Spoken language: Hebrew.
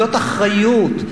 זו אחריות.